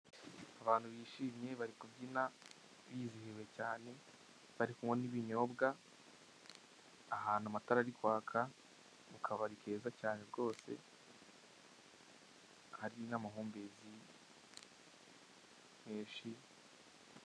Abantu bishimye bari kubyina bizihiwe cyane bari kunywa n'ibinyobwa ahantu amatara ari kwaka mu kabari keza cyane rwose hari n'amahumbezi menshi.